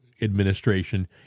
administration